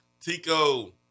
Tico